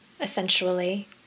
essentially